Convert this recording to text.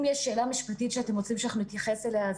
אם יש שאלה משפטית שאתם רוצים שאנחנו נתייחס אליה,